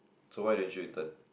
so why didn't you intern